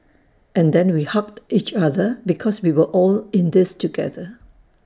and then we hugged each other because we were all in this together